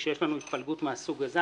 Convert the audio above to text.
כשיש לנו התפלגות מהסוג הזה,